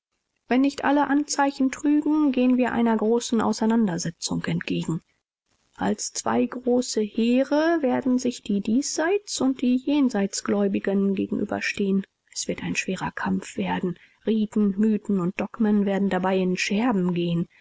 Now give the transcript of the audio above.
wenn nicht alle anzeichen trügen gehen wir einer großen auseinandersetzung entgegen als zwei große heere werden sich die diesseits und die jenseitsgläubigen gegenüberstehen es wird ein schwerer kampf werden riten mythen und dogmen werden dabei in scherben gehen